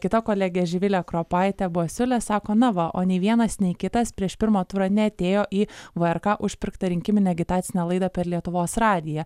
kita kolege živile kropaite bosiulė sako na va o ne vienas nei kitas prieš pirmą turą neatėjo į vrk užpirktą rinkiminę agitacinę laidą per lietuvos radiją